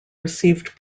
received